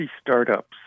startups